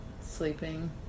sleeping